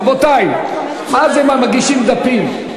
רבותי, מה זה, מגישים דפים?